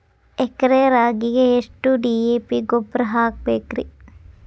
ಎಕರೆ ರಾಗಿಗೆ ಎಷ್ಟು ಡಿ.ಎ.ಪಿ ಗೊಬ್ರಾ ಹಾಕಬೇಕ್ರಿ?